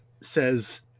says